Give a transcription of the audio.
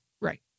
Right